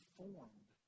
formed